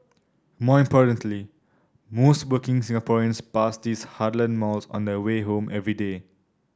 more importantly most working Singaporeans pass these heartland malls on their way home every day